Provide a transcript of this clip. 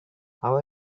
how